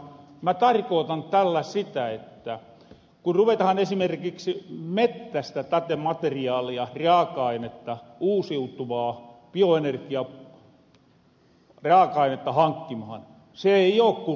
mä tarkootan tällä sitä että kun ruvetahan esimerkiksi mettästä materiaalia raaka ainetta uusiutuvaa bioenergiaraaka ainetta hankkimahan se ei oo kuulkaa ilimaasta